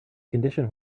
condition